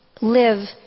live